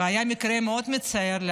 לאחרונה היה מקרה מאוד מצער: